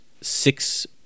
six